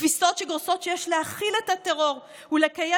תפיסות שגורסות שיש להכיל את הטרור ולקיים